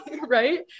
right